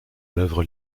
l’œuvre